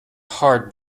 hard